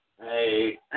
Hey